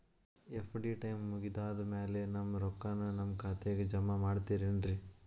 FD time ಮುಗಿದಾದ್ ಮ್ಯಾಲೆ ನಮ್ ರೊಕ್ಕಾನ ನಮ್ ಖಾತೆಗೆ ಜಮಾ ಮಾಡ್ತೇರೆನ್ರಿ?